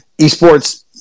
esports